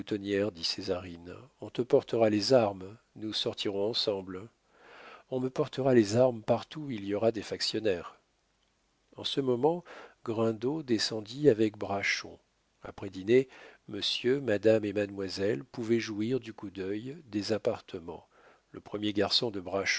dit césarine on te portera les armes nous sortirons ensemble on me portera les armes partout où il y aura des factionnaires en ce moment grindot descendit avec braschon après dîner monsieur madame et mademoiselle pouvaient jouir du coup d'œil des appartements le premier garçon de